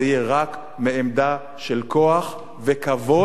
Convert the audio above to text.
זה יהיה רק מעמדה של כוח וכבוד,